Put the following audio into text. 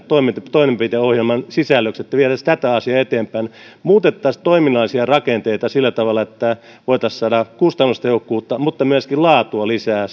toimenpideohjelman sisällöksi niin että vietäisiin tätä asiaa eteenpäin muutettaisiin toiminnallisia rakenteita sillä tavalla että voitaisiin saada kustannustehokkuutta mutta myöskin laatua lisää